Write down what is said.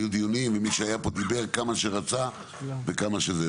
היו דיונים ומי שהיה פה דיבר כמה שרצה וכמה שזה,